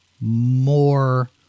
more